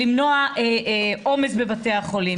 למנוע עומס בבתי החולים.